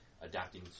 adapting